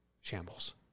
shambles